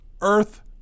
earth